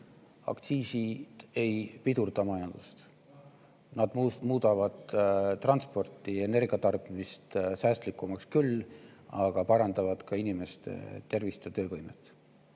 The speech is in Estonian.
Aktsiisid ei pidurda majandust, vaid nad muudavad transporti ja energia tarbimist säästlikumaks, küll aga parandavad ka inimeste tervist ja töövõimet.